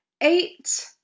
eight